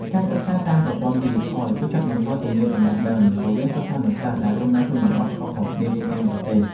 ការសិក្សាតាមប្រព័ន្ធឌីជីថលជួយកាត់បន្ថយគម្លាតចំណេះដឹងរវាងសិស្សានុសិស្សដែលរស់នៅក្នុងតំបន់ខុសៗគ្នាទូទាំងប្រទេស។